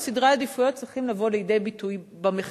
וסדרי עדיפויות צריכים לבוא לידי ביטוי במחיר.